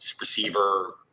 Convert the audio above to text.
receiver